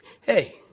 Hey